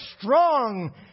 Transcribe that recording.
strong